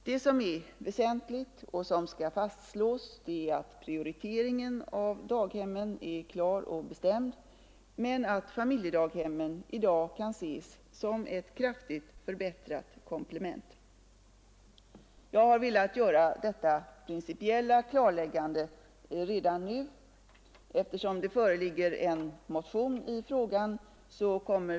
Det som är väsentligt och som skall fastslås är att prioriteringen av daghemmen är klar och bestämd men att familjedaghemmen i dag kan ses som ett kraftigt förbättrat komplement. Jag har velat göra detta principiella klarläggande redan nu eftersom det föreligger en motion i frågan.